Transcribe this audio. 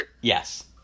Yes